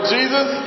Jesus